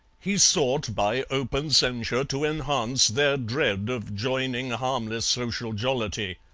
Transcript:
he sought by open censure to enhance their dread of joining harmless social jollity.